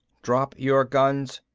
drop your guns,